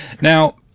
now